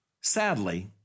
Sadly